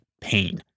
pain